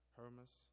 Hermas